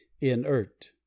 inert